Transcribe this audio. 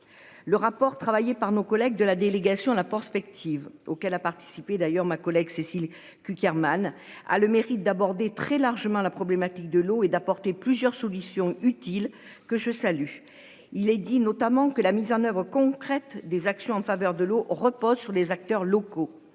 le rapport travailler par nos collègues de la délégation, la porte effective auquel a participé d'ailleurs ma collègue Cécile Cukierman a le mérite d'aborder très largement la problématique de l'eau et d'apporter plusieurs solutions utile que je salue. Il est dit notamment que la mise en oeuvre concrète des actions en faveur de l'eau repose sur les acteurs locaux,